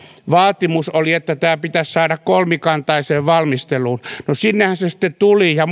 vaatimus oli että tämä pitäisi saada kolmikantaiseen valmisteluun no sinnehän se sitten tuli ja